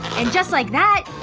and just like that,